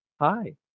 hi